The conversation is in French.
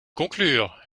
conclure